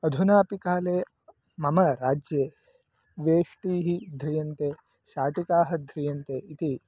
अधुनापि काले मम राज्ये वेष्टीः ध्रियन्ते शाटिकाः ध्रियन्ते इति